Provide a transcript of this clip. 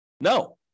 No